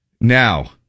Now